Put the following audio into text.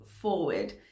forward